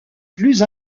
plus